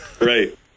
Right